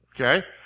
Okay